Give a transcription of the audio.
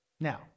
now